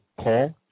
call